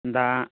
ᱫᱟᱜ